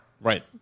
Right